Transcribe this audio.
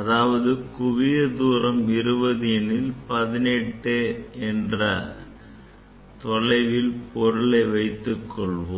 அதாவது குவிய தூரம் 20 எனில் 18 என்ற தொலைவில் பொருளை வைத்துக் கொள்வோம்